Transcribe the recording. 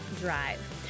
Drive